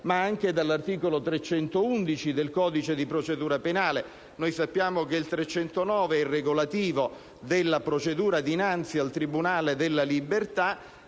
ma anche dall'articolo 311 del codice di procedura penale. Sappiamo che l'articolo 309 è regolativo della procedura dinanzi al Tribunale della libertà